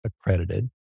accredited